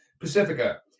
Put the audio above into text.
Pacifica